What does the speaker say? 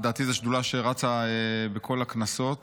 לדעתי זו שדולה שרצה בכל הכנסות.